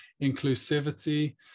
inclusivity